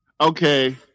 Okay